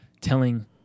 telling